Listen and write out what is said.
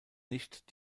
nicht